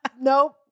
Nope